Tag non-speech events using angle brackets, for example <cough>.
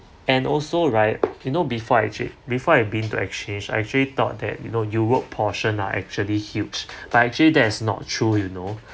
and also right you know before I actually before I been to exchange I actually thought that you know europe portion are actually huge <breath> but actually that's not true you know